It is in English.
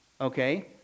Okay